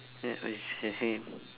ya it's the same